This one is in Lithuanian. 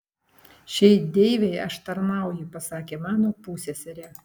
šiai deivei aš tarnauju pasakė mano pusseserė